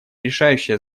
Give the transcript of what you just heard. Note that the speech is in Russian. решающее